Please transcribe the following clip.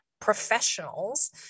professionals